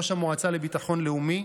ראש המועצה לביטחון לאומי,